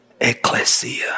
ecclesia